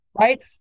right